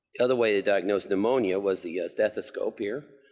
other way to diagnose pneumonia was the stethoscope here.